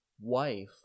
wife